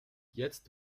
jetzt